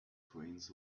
trains